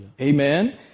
Amen